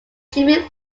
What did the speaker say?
jimmie